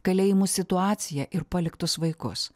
kalėjimų situaciją ir paliktus vaikus